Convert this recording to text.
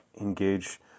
engage